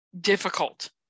difficult